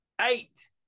eight